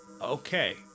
okay